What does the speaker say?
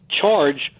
charge